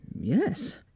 Yes